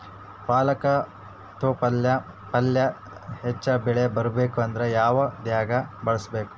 ಪಾಲಕ ತೊಪಲ ಪಲ್ಯ ಹೆಚ್ಚ ಬೆಳಿ ಬರಬೇಕು ಅಂದರ ಯಾವ ಖಾದ್ಯ ಬಳಸಬೇಕು?